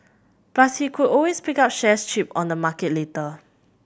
plus he could always pick up shares cheap on the market later